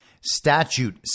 Statute